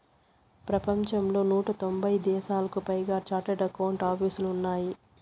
ప్రపంచంలో నూట తొంభై దేశాలకు పైగా చార్టెడ్ అకౌంట్ ఆపీసులు ఉన్నాయి